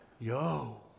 Yo